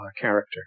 character